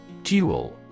Duel